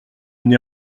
une